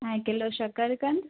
ऐं किलो शकरकंद